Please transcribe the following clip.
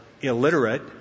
illiterate